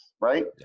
right